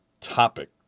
topic